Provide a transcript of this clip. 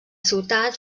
ciutat